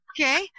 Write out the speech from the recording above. okay